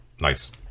nice